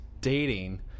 dating